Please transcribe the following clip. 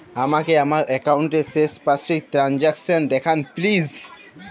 আমাকে আমার একাউন্টের শেষ পাঁচটি ট্রানজ্যাকসন দেখান প্লিজ